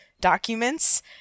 documents